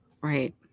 right